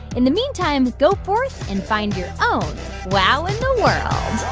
in the meantime, go forth and find your own wow in the world